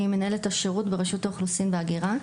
אני מנהלת השירות ברשות האוכלוסין וההגירה.